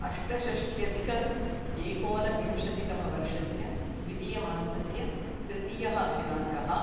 अष्टषष्ट्यधिकेकोनविंशतितमवर्षस्य द्वितीयमासस्य तृतीयदिनाङ्कः